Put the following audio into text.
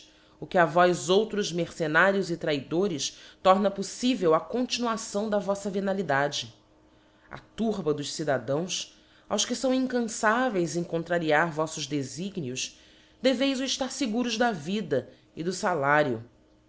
o que a vós outros mercenários e traidores toma poífivel a continuação da voffa venalidade a turba dos cidadãos aos que fão incanfavcis em contrariar voflbs defignios deveis o eftar feguros da vida e do falario